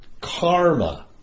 karma